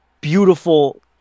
beautiful